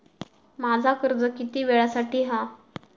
माझा कर्ज किती वेळासाठी हा?